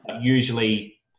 Usually